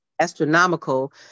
astronomical